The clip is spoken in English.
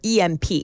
EMP